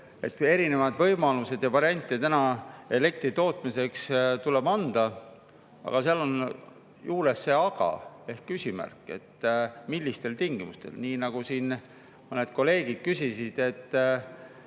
et erinevaid võimalusi ja variante elektri tootmiseks tuleb anda. Aga seal on juures see "aga" ehk küsimärk, millistel tingimustel. Nii nagu siin mõned kolleegid küsisid, et